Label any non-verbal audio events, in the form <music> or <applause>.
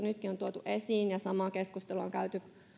<unintelligible> nytkin on tuonut esiin ongelmia ja kun samaa keskustelua on käyty